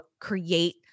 create